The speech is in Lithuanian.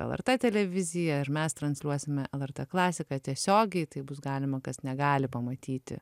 lrt televizija ir mes transliuosime lrt klasika tiesiogiai tai bus galima kas negali pamatyti